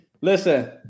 Listen